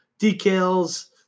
decals